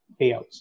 payouts